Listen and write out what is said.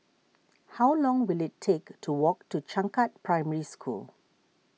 how long will it take to walk to Changkat Primary School